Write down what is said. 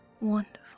wonderful